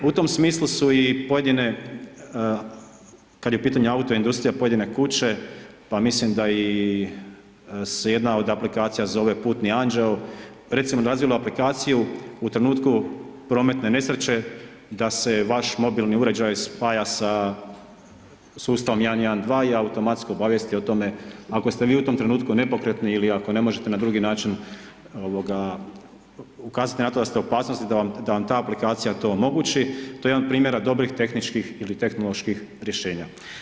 U tom smislu su i pojedine, kad je u pitanju autoindustrija, pojedine kuće, pa mislim da i se jedna od aplikacija zove Putni anđeo, recimo razvila aplikaciju u trenutku prometne nesreće da se vaš mobilni uređaj spaja sa sustavom 112 i automatski obavijesti o tome, ako ste vi u tom trenutku nepokretni ili ako ne možete na drugi način ukazati na to da ste u opasnosti, da vam ta aplikacija to omogući, to je jedan od primjera dobrih tehničkih ili tehnoloških rješenja.